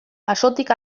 basotik